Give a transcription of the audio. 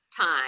time